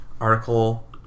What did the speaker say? article